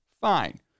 fine